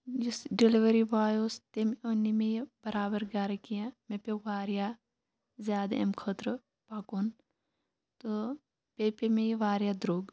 یُس ڈیلوری باے اوس تٔمۍ أنۍ نہٕ مےٚ یہِ بَرابَر گَرٕ کیٚنٛہہ مےٚ پیٚو واریاہ زیاد امہِ خٲطرٕ پَکُن تہٕ بیٚیہِ پےٚ مےٚ یہِ واریاہ درٛۄگ